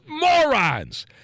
morons